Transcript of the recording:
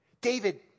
David